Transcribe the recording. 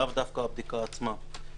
לאו דווקא בבדיקה עצמה.